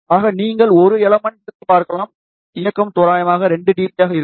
ஆக நீங்கள் ஒரு எலமென்ட்க்கு பார்க்கலாம் இயக்கம் தோராயமாக 2dB ஆக இருக்கும்